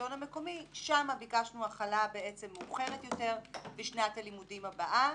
לשלטון המקומי - שם ביקשנו החלה מאוחרת יותר בשנת הלימודים הבאה.